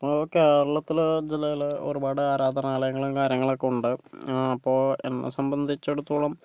ഇപ്പോൾ കേരളത്തില് ജില്ലകളില് ഒരുപാട് ആരാധനാലയങ്ങളും കാര്യങ്ങളൊക്കെ ഉണ്ട് അപ്പോൾ എന്നെ സംബന്ധിച്ചിടത്തോളം